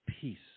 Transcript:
Peace